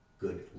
good